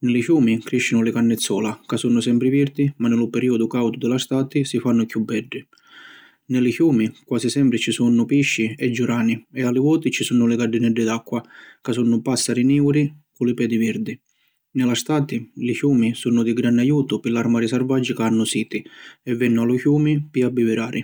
Ni li ciumi criscinu li cannizzola ca sunnu sempri virdi ma ni lu periodu caudu di la stati si fannu chiù beddi. Ni li ciumi quasi sempri ci sunnu pisci e giurani e a li voti ci sunnu li gaddineddi d’acqua, ca sunnu pàssari niuri cu li pedi virdi. Ni la stati, li ciumi sunnu di granni ajutu pi l’armali sarvaggi ca hannu siti e vennu a lu ciumi pi abbivirari.